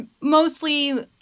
mostly